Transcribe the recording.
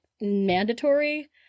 mandatory